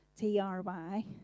Try